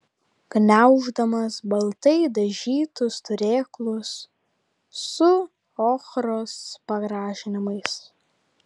gniauždamas baltai dažytus turėklus su ochros pagražinimais